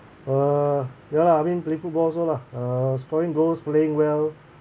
uh ya lah I mean play football also lah uh scoring goals playing well